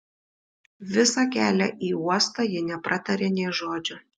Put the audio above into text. visą kelią į uostą ji nepratarė nė žodžio